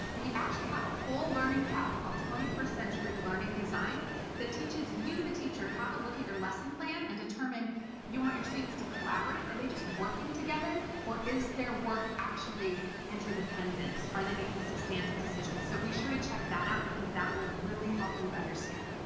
we actually have a whole learning path called twenty first century learning design that teaches you, the teacher, how to look at your lesson plan and determine you want your students to collaborate, are they just working together or is their work interdependent? are they making substantive decisions? so, be sure to check that out. i believe that will really help you understand.